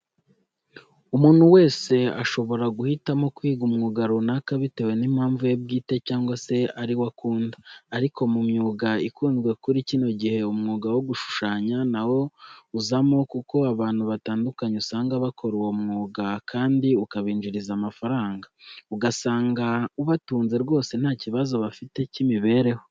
Umuntu wese ashobora guhitamo kwiga umwuga runaka bitewe n'impamvu ye bwite cyangwa se ari wo akunda, ariko mu myuga ikunzwe muri kino gihe umwuga wo gushushanya nawo uzamo kuko abantu batandukanye usanga bakora uwo mwuga kandi ukabinjiriza amafaranga, ugasanga ubatunze rwose nta kibazo bafite cy'imibereho.